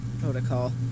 Protocol